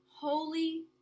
holy